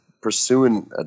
Pursuing